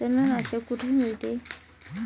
तणनाशक कुठे मिळते?